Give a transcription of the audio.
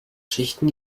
schichten